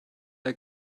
der